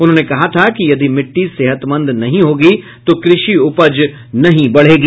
उन्होंने कहा था कि यदि मिट्टी सेहतमंद नहीं होगी तो कृषि उपज नहीं बढ़ेगी